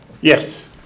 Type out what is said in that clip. Yes